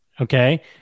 Okay